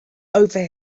over